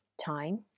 time